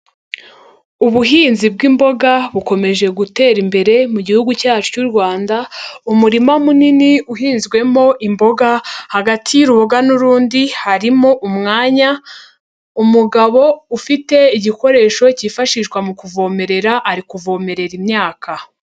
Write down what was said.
Ubuhinzi bw'imboga bukomeje gutera imbere mu gihugu cyacu cy'u Rwanda, umurima munini uhinzwemo imboga hagati y'uruboga n'urundi harimo umwanya, umugabo ufite igikoresho cyifashishwa mu kuvomerera ari kuvomerera imyaka.